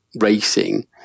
racing